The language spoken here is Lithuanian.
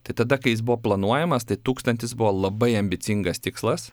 tai tada kai jis buvo planuojamas tai tūkstantis buvo labai ambicingas tikslas